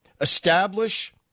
Establish